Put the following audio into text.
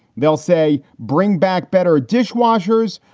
they'll say bring back better dishwashers,